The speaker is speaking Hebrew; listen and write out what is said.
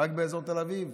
רק באזור תל אביב?